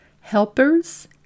helpers